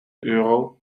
euro